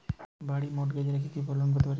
বাড়ি মর্টগেজ রেখে কিভাবে লোন পেতে পারি?